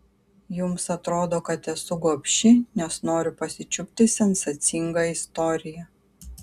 jums atrodo kad esu gobši nes noriu pasičiupti sensacingą istoriją